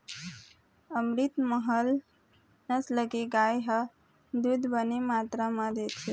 अमरितमहल नसल के गाय ह दूद बने मातरा म देथे